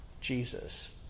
Jesus